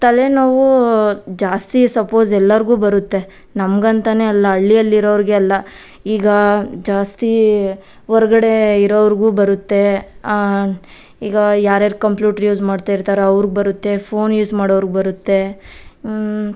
ತಲೆನೋವು ಜಾಸ್ತಿ ಸಪೋಸ್ ಎಲ್ಲರಿಗೂ ಬರುತ್ತೆ ನಮಗಂತನೆ ಅಲ್ಲ ಹಳ್ಳಿಯಲ್ಲಿರೋವ್ರಿಗೆಲ್ಲ ಈಗ ಜಾಸ್ತಿ ಹೊರಗಡೆ ಇರೋರಿಗೂ ಬರುತ್ತೆ ಈಗ ಯಾರು ಯಾರು ಕಂಪ್ಯೂಟರ್ ಯೂಸ್ ಮಾಡ್ತಾ ಇರ್ತಾರೋ ಅವ್ರಿಗೆ ಬರುತ್ತೆ ಫೋನ್ ಯೂಸ್ ಮಾಡೋರಿಗ್ ಬರುತ್ತೆ